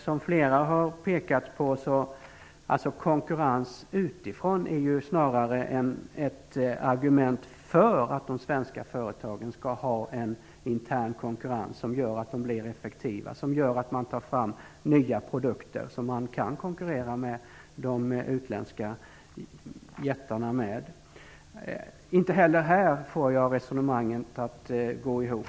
Som flera har pekat på är konkurrens utifrån snarare ett argument för att de svenska företagen skall ha en intern konkurrens som gör att de blir effektiva, som gör att de tar fram nya produkter med vilka de kan konkurrera med de utländska jättarna. Inte heller här får jag resonemanget att gå ihop.